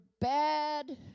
bad